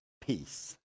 peace